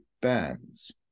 bands